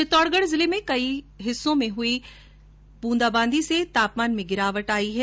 चित्तौड़गढ जिले के कई हिस्सों में हुई बूंदा बांदी से तापमान में गिरावट दर्ज की गई है